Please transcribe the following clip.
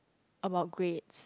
about grades